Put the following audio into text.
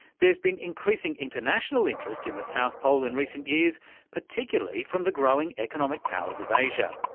there's been increasing international interest in the south pole in recent years, particularly from the growing economic powers of asia.